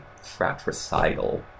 fratricidal